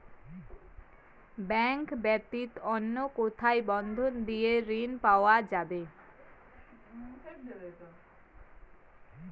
Bank ব্যাতীত অন্য কোথায় বন্ধক দিয়ে ঋন পাওয়া যাবে?